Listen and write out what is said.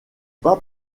pas